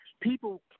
people